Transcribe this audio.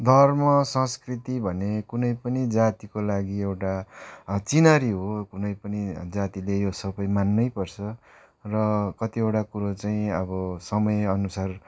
धर्म संस्कृति भने कुनै पनि जातिको लागि एउटा चिनारी हो कुनै पनि जातिले यो सपै मान्नै पर्छ र कतिवटा कुरो चाहिँ अब समय अनुसार